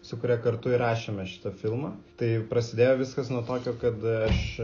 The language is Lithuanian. su kuria kartu ir rašėme šitą filmą tai prasidėjo viskas nuo tokio kad aš